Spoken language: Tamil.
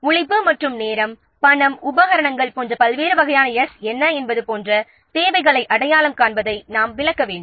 உழைப்பு மற்றும் நேரம் பணம் உபகரணங்கள் போன்ற பல்வேறு வகையான 's' என்ன என்பது போன்ற தேவைகளை அடையாளம் காண்பதை நாம் விளக்க வேண்டும்